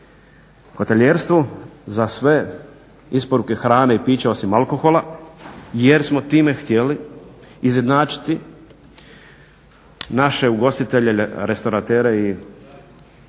hotelijerstvu, za sve isporuke hrane i pića osim alkohola jer smo time htjeli izjednačiti naše ugostitelje, restoratelje i hotelijere